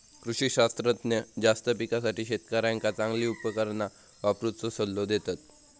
कृषी शास्त्रज्ञ जास्त पिकासाठी शेतकऱ्यांका चांगली उपकरणा वापरुचो सल्लो देतत